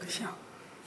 בבקשה.